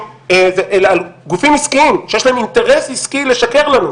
אלא על גופים עסקיים שיש להם אינטרס עסקי לשקר לנו,